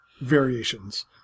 variations